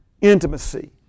intimacy